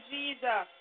Jesus